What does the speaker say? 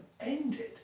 ended